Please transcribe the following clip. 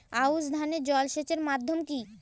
আউশ ধান এ জলসেচের মাধ্যম কি?